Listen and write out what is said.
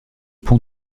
ponts